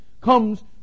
comes